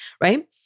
right